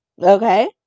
Okay